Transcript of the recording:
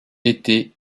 était